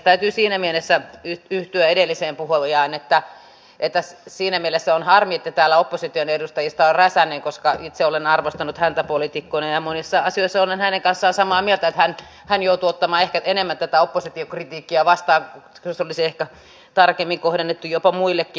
täytyy siinä mielessä yhtyä edelliseen puhujaan että on harmi että täällä opposition edustajista on räsänen koska itse olen arvostanut häntä poliitikkona ja monissa asioissa olen hänen kanssaan samaa mieltä ja hän joutuu ottamaan ehkä enemmän tätä oppositiokritiikkiä vastaan kun se olisi ehkä tarkemmin kohdennettu jopa muillekin